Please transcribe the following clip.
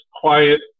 quiet